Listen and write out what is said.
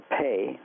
pay